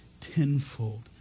tenfold